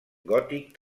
gòtic